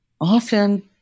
often